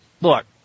look